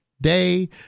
day